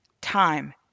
Time